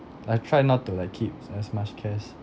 I try not to like keep as much cash